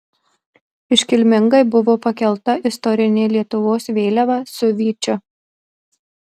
iškilmingai buvo pakelta istorinė lietuvos vėliava su vyčiu